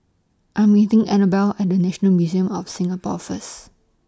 I Am meeting Annabell At National Museum of Singapore First